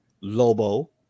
Lobo